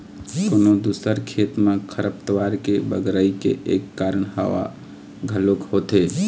कोनो दूसर खेत म खरपतवार के बगरई के एक कारन हवा घलोक होथे